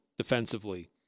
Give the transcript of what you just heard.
defensively